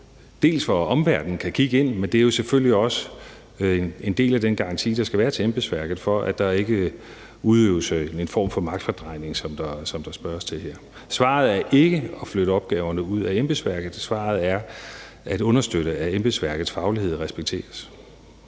dels for at omverdenen kan kigge ind, dels er det en del af den garanti, der skal være til embedsværket, for, at der ikke udøves en form for magtfordrejning, som der spørges til her. Svaret er ikke at flytte opgaverne væk fra embedsværket. Svaret er at understøtte, at embedsværkets faglighed respekteres.